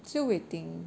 still waiting